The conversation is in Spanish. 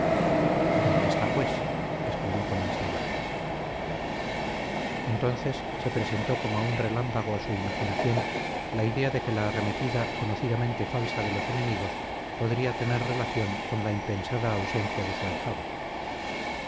dónde está pues exclamó con ansiedad entonces se presentó como un relámpago a su imaginación la idea de que la arremetida conocidamente falsa de los enemigos podría tener relación con la impensada ausencia de su ahijado